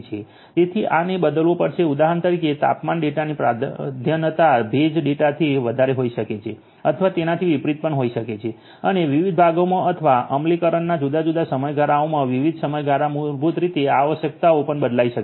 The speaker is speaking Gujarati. તેથી આને બદલવું પડશે ઉદાહરણ તરીકે તાપમાન ડેટાની પ્રાધાન્યતા ભેજ ડેટા થી વધારે હોઈ શકે છે અથવા તેનાથી વિપરીત પણ હોઈ શકે છે અને વિવિધ ભાગોમાં અથવા અમલીકરણના જુદા જુદા સમયગાળાઓમાં વિવિધ સમયગાળા મૂળભૂત રીતે આ આવશ્યકતાઓ પણ બદલાઇ શકે છે